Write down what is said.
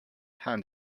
hand